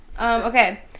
Okay